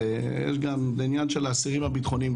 והעניין של האסירים הביטחוניים,